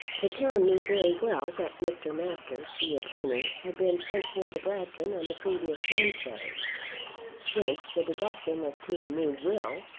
the town knew very well that mr. masters, the attorney, had been sent for to bragton on the previous wednesday whence the deduction as to a new will,